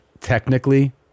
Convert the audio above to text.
technically